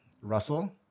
Russell